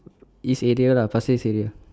east area lah pasir ris area